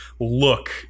look